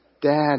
Dad